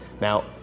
Now